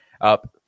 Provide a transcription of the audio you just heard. up